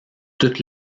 toutes